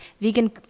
vegan